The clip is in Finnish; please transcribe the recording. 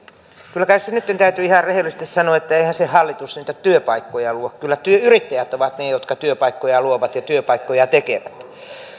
kyllä kai se nytten täytyy ihan rehellisesti sanoa että eihän se hallitus niitä työpaikkoja luo kyllä yrittäjät ovat ne jotka työpaikkoja luovat ja työpaikkoja tekevät